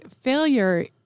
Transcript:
failure